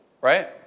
right